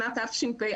שנת תשפ"א,